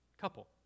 couple